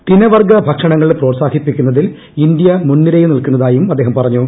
തിനവർഗ്ഗ ഭക്ഷണങ്ങൾ പ്രോത്സാഹിപ്പിക്കുന്നതിൽ ഇന്ത്യ മുൻനിരയിൽ നിൽക്കുന്നതായും അദ്ദേഹം പറഞ്ഞു